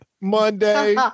Monday